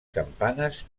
campanes